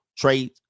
trade